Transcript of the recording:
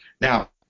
now